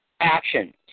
action